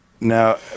Now